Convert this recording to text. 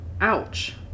Ouch